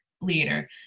leader